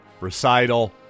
recital